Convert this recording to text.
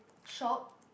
shop